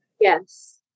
Yes